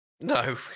No